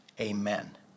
Amen